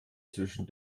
zwischen